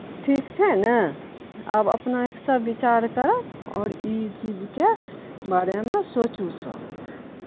ठीक छै ने आब अपना आंखि सऽ विचार करब आओर ई चीजके बारे मे सोचू सब